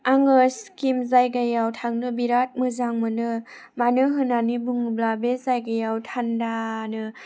आङो सिक्किम जायगायाव थांनो बिराद मोजां मोनो मानो होननानै बुङोब्ला बे जायगायाव थानदानो